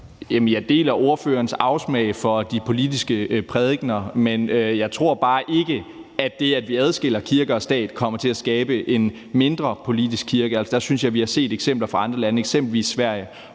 Jeg deler ordførerens afsmag for de politiske prædikener, men jeg tror bare ikke, at det, at vi adskiller kirke og stat, kommer til at skabe en mindre politisk kirke. Der synes jeg, vi har set eksempler fra andre lande, eksempelvis Sverige,